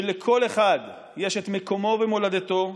שלכל אחד יש את מקומו ומולדתו,